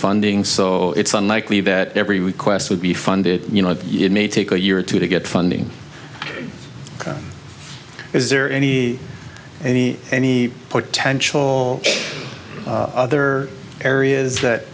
funding so it's unlikely that every request would be funded you know it may take a year or two to get from is there any any any potential other areas that